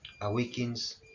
awakens